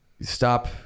stop